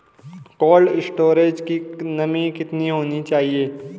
Cold storage की नमी कितनी होनी चाहिए?